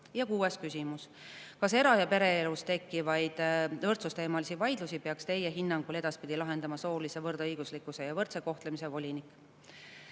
Ja kuues küsimus. Kas era- ja pereelus tekkivaid võrdsusteemalisi vaidlusi peaks teie hinnangul edaspidi lahendama soolise võrdõiguslikkuse ja võrdse kohtlemise volinik?